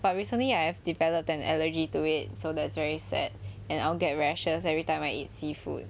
but recently I have developed an allergy to it so that's very sad and I'll get rashes everytime I eat seafood